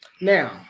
now